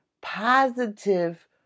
positive